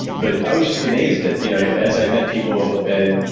but i was just amazed that yeah as i met people and,